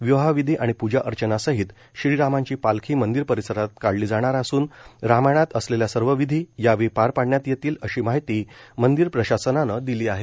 विवाह विधी आणि पूजा अर्चना सहित श्रीरामांची पालखी मंदिर परिसरात काढली जाणार असून रामायणात असलेल्या सर्व विधी या वेळी पार पाडण्यात येतील अशी माहिती मंदीर प्रशासनानं दिली आहे